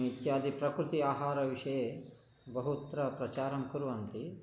इत्यादि प्रकृति आहारविषये बहुत्र प्रचारं कुर्वन्ति